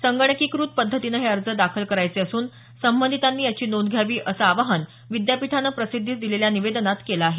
संगणकीकृत पद्धतीनं हे अर्ज दाखल करायचे असून संबंधितांनी याची नोंद घ्यावी असं विद्यापीठानं प्रसिद्धीस दिलेल्या निवेदनात नमूद केलं आहे